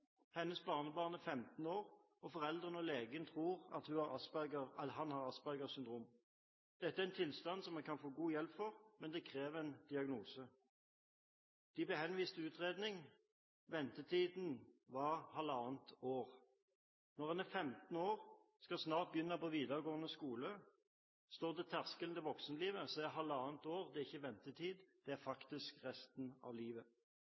Hennes barnebarn er 15 år, og foreldrene og legen tror at han har Asbergers syndrom. Dette er en tilstand som man kan få god hjelp for, men det krever en diagnose. De ble henvist til utredning – ventetiden var halvannet år. Når man er 15 år, snart skal begynne på videregående skole og står på terskelen til voksenlivet, er halvannet år ikke ventetid – det er faktisk resten av livet.